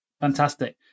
Fantastic